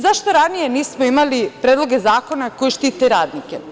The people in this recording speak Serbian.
Zašto ranije nismo imali predloge zakona koji štite radnike?